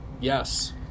Yes